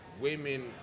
women